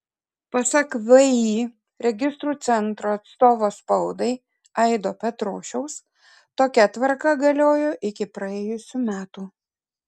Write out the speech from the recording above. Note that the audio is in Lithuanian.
pasak vį registrų centro atstovo spaudai aido petrošiaus tokia tvarka galiojo iki praėjusių metų